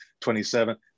27